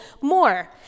more